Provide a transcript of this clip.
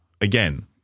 again